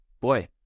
boy